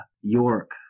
York